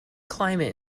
climate